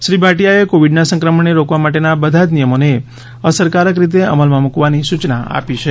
શ્રી ભાટીયાએ કોવીડના સંક્રમણને રોકવા માટેના બધા જ નિયમોને અસરકારક રીતે અમલમાં મૂકવાની સૂચના આપી છે